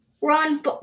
run